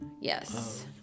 Yes